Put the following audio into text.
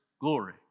glory